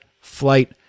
Flight